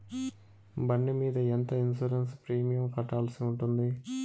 బండి మీద ఎంత ఇన్సూరెన్సు ప్రీమియం కట్టాల్సి ఉంటుంది?